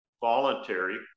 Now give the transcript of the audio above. voluntary